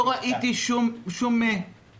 לא ראיתי שום תמיכה